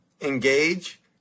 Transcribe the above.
Engage